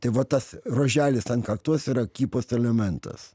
tai va tas ruoželis ant kaktos yra kypos elementas